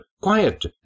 quiet